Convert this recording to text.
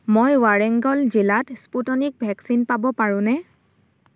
মই ৱাৰেংগল জিলাত Sputnik vaccine পাব পাৰোঁনে